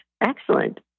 Excellent